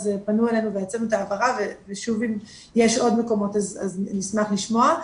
פנו אלינו והוצאנו את ההבהרה ושוב אם יש עוד מקומות נשמח לשמוע.